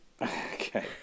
Okay